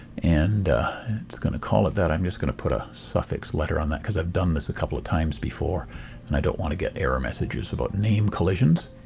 and it's going to call it that i'm just going to put a suffix letter on that because i've done this a couple of times before and i don't want to get error messages about name collisions.